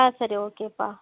ஆ சரி ஓகேப்பா